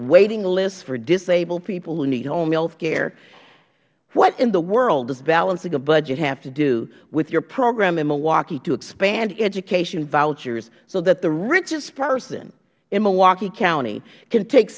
waiting lists for disabled people who need home health care what in the world does balancing a budget have to do with your program in milwaukee to expand education vouchers so that the richest person in milwaukee county can take